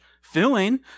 filling